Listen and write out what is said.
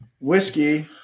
whiskey